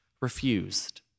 refused